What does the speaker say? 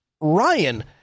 Ryan